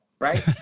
Right